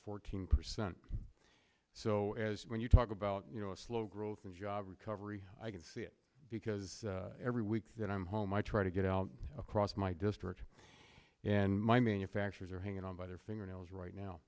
fourteen percent so as when you talk about you know slow growth and job recovery i can see it because every week that i'm home i try to get out across my district and my manufacturers are hanging on by their fingernails right now